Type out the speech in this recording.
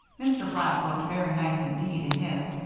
mr. black looked very nice indeed in his,